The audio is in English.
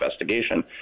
investigation